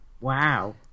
wow